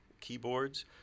keyboards